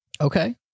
Okay